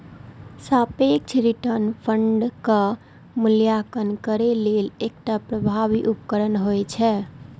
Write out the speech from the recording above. सापेक्ष रिटर्न फंडक मूल्यांकन करै लेल एकटा प्रभावी उपकरण होइ छै